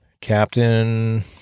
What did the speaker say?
captain